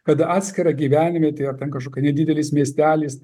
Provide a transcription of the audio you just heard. kad atskira gyvenvietė ten kažkokia nedidelis miestelis